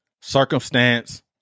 circumstance